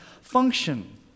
function